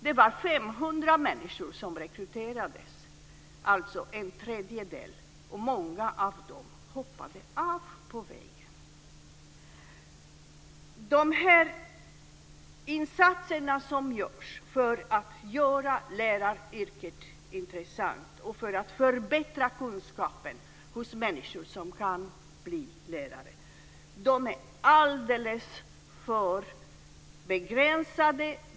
Det var 500 människor som rekryterades, alltså en tredjedel, och många av dem hoppade av på vägen. De här insatserna som görs för att göra läraryrket intressant och för att förbättra kunskapen hos människor som kan bli lärare är alldeles för begränsade.